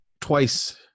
twice